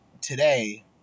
today